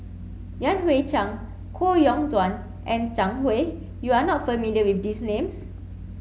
Yan Hui Chang Koh Yong Guan and Zhang Hui you are not familiar with these names